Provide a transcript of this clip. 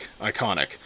iconic